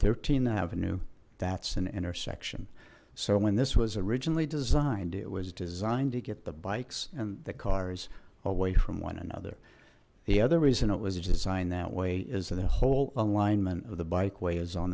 th avenue that's an intersection so when this was originally designed it was designed to get the bikes and the cars away from one another the other reason it was designed that way is the whole alignment of the bike way is on